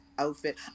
outfit